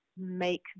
make